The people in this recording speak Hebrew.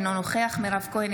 אינו נוכח מירב כהן,